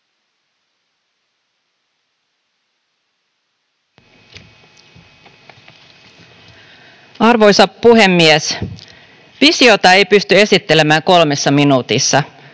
Arvoisa puhemies! Visiota ei pysty esittelemään kolmessa minuutissa.